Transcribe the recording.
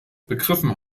begriffen